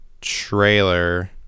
trailer